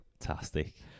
Fantastic